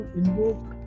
invoke